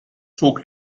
zog